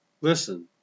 Listen